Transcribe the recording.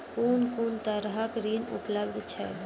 कून कून तरहक ऋण उपलब्ध छै?